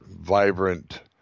vibrant